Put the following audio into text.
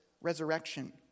resurrection